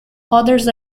others